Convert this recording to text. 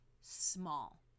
small